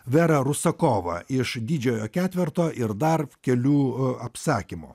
vera rusakova iš didžiojo ketverto ir dar kelių apsakymų